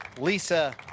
Lisa